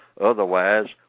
Otherwise